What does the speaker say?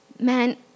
Man